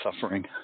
suffering